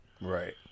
Right